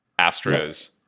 Astros